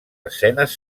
escenes